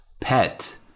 Pet